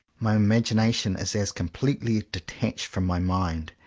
my imagination is as completely detached from my mind,